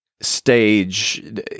stage